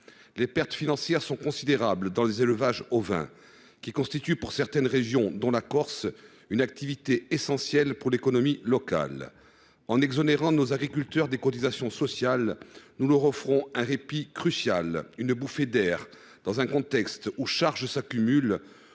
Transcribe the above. Les pertes financières sont considérables dans les élevages ovins qui, dans certaines régions, dont la Corse, représentent une activité essentielle pour l’économie locale. En exonérant nos agriculteurs des cotisations sociales, nous leur offrons un répit crucial, une bouffée d’air, alors que les charges s’accumulent